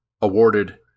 awarded